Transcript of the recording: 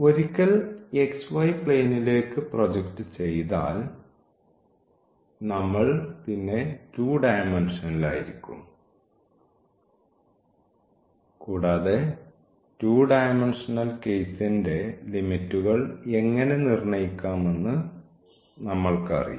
ഒരിക്കൽ xy പ്ലെയിനിലേക്ക് project ചെയ്താൽ നമ്മൾ 2 ഡയമെന്ഷനിലായിരിക്കും കൂടാതെ 2 ഡയമെന്ഷനൽ കേസിന്റെ ലിമിറ്റുകൾ എങ്ങനെ നിർണ്ണയിക്കാമെന്ന് നമ്മൾക്കറിയാം